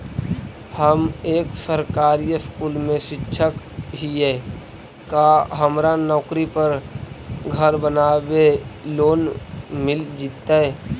हम एक सरकारी स्कूल में शिक्षक हियै का हमरा नौकरी पर घर बनाबे लोन मिल जितै?